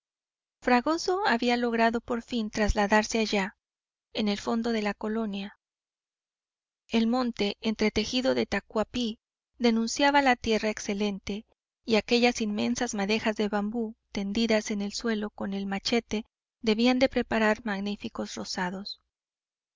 fragoso había logrado por fin trasladarse allá en el fondo de la colonia el monte entretejido de tacuapí denunciaba tierra excelente y aquellas inmensas madejas de bambú tendidas en el suelo con el machete debían de preparar magníficos rozados